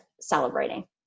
celebrating